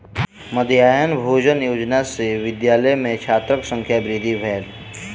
मध्याह्न भोजन योजना सॅ विद्यालय में छात्रक संख्या वृद्धि भेल